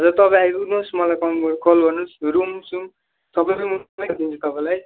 र तपाईँ आइपुग्नुहोस् मलाई कम कल गर्नुहोस् रुम सुम सबै म मिलाइहान्छु नि तपाईँलाई